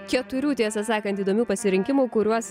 keturių tiesą sakant įdomių pasirinkimų kuriuos į